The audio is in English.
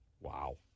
Wow